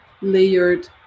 layered